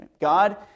God